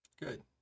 Good